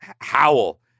howl